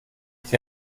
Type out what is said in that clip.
sie